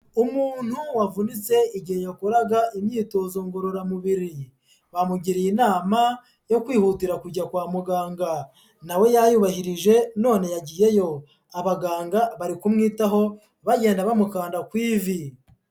Umuntu wavunitse igihe yakoraga imyitozo ngororamubiri, bamugiriye inama yo kwihutira kujya kwa muganga na we yayubahirije none yagiyeyo, abaganga bari kumwitaho bagenda bamukanda ku ivi.